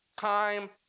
Time